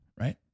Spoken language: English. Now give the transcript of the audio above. right